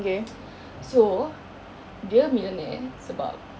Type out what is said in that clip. so dia millionaire sebab